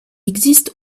existe